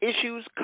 issues